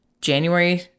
January